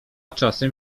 czasem